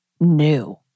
new